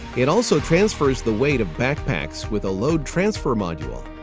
it also transfers the weight of backpacks with a load transfer module.